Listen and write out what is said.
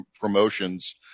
promotions